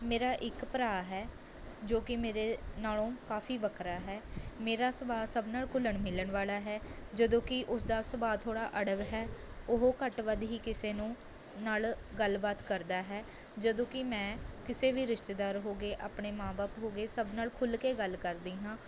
ਮੇਰਾ ਇੱਕ ਭਰਾ ਹੈ ਜੋ ਕਿ ਮੇਰੇ ਨਾਲ਼ੋਂ ਕਾਫ਼ੀ ਵੱਖਰਾ ਹੈ ਮੇਰਾ ਸੁਭਾਅ ਸਭ ਨਾਲ਼ ਘੁਲਣ ਮਿਲਣ ਵਾਲ਼ਾ ਹੈ ਜਦੋਂ ਕਿ ਉਸ ਦਾ ਸੁਭਾਅ ਥੋੜ੍ਹਾ ਅੜਬ ਹੈ ਉਹ ਘੱਟ ਵੱਧ ਹੀ ਕਿਸੇ ਨੂੰ ਨਾਲ਼ ਗੱਲ ਬਾਤ ਕਰਦਾ ਹੈ ਜਦੋਂ ਕਿ ਮੈਂ ਕਿਸੇ ਵੀ ਰਿਸ਼ਤੇਦਾਰ ਹੋ ਗਏ ਆਪਣੇ ਮਾਂ ਬਾਪ ਹੋ ਗਏ ਸਭ ਨਾਲ਼ ਖੁੱਲ਼੍ਹ ਕੇ ਗੱਲ ਕਰਦੀ ਹਾਂ